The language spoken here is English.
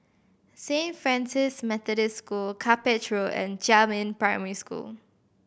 Saint Francis Methodist School Cuppage Road and Jiemin Primary School